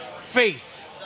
face